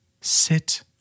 Sit